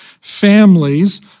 Families